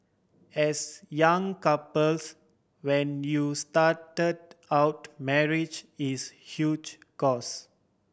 as young couples when you started out marriage is huge cost